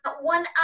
one